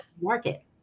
Market